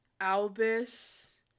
albus